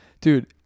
Dude